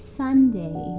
sunday